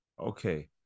Okay